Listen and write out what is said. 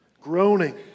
groaning